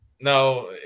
No